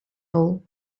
hole